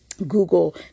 Google